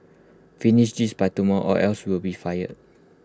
finish this by tomorrow or else you'll be fired